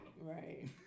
right